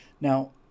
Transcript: Now